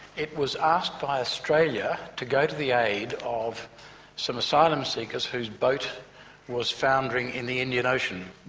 it was asked by australia to go to the aid of some asylum seekers whose boat was foundering in the indian ocean.